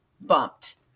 bumped